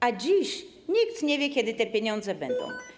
A dziś nikt nie wie, kiedy te pieniądze będą.